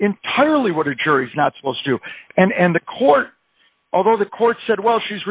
entirely what are juries not supposed to and the court although the court said well she's